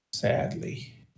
Sadly